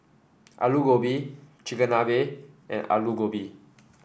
Alu Gobi Chigenabe and Alu Gobi